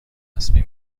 تصمیم